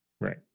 right